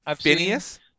Phineas